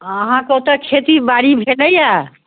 अहाँकेँ ओतऽ खेती बाड़ी भेलैया